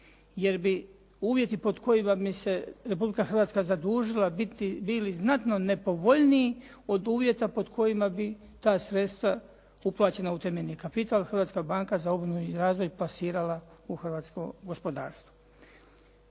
jer bi uvjeti pod kojima bi se Republika Hrvatska zadužila bili znatno nepovoljniji od uvjeta pod kojima bi ta sredstva uplaćena u temeljni kapital Hrvatska banka za obnovu i razvoj plasirala u hrvatsko gospodarstvo.